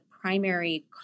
primary